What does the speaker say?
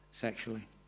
sexually